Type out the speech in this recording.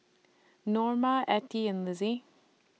Norma Attie and Lizzie